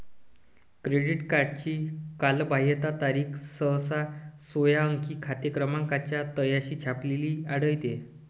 credit कार्डची कालबाह्यता तारीख सहसा सोळा अंकी खाते क्रमांकाच्या तळाशी छापलेली आढळते